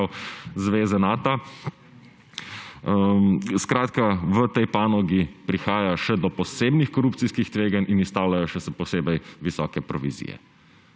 zveze Nata. V tej panogi prihaja še do posebnih korupcijskih tveganj in izstavljajo se še posebej visoke provizije.